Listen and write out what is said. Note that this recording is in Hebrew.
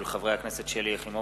הצעתם של חברי הכנסת שלי יחימוביץ,